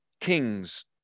Kings